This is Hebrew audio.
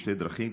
בשתי דרכים,